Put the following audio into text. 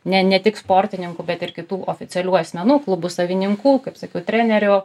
ne ne tik sportininkų bet ir kitų oficialių asmenų klubų savininkų kaip sakiau trenerių